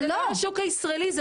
זה לא לשוק הישראלי.